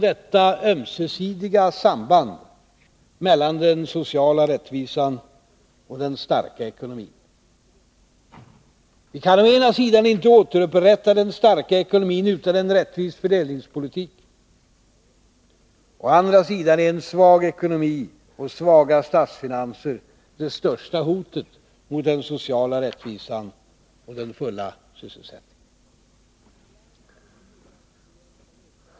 Detta ömsesidiga samband finns alltså mellan den sociala rättvisan och den starka ekonomin. Vi kan å ena sidan inte återupprätta den starka ekonomin utan en rättvis fördelningspolitik. Å andra sidan är en svag ekonomi och svaga statsfinanser det största hotet mot den sociala rättvisan och den fulla sysselsättningen.